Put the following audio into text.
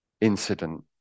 incident